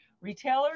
retailers